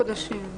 שלושה חודשים.